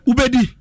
Ubedi